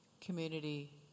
community